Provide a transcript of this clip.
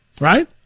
right